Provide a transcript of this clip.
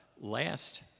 last